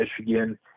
Michigan